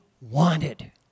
wanted